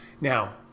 Now